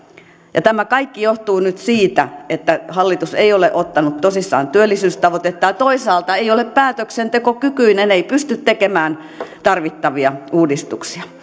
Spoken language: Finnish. ja tämä kaikki johtuu nyt siitä että hallitus ei ole ottanut tosissaan työllisyystavoitetta ja toisaalta ei ole päätöksentekokykyinen ei pysty tekemään tarvittavia uudistuksia